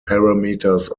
parameters